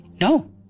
No